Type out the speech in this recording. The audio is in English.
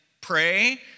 pray